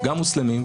גם מוסלמים,